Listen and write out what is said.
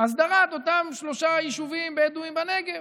הסדרת אותם שלושה יישובים בדואיים בנגב.